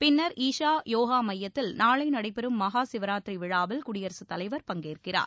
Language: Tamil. பின்னர் ஈசா யோகா மையத்தில் நாளை நடைபெறும் மகாசிவராத்திரி விழாவில் குடியரசு தலைவர் பங்கேற்கிறார்